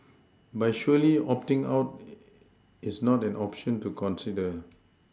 but surely opting out is not an option to consider